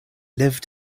live